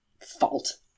fault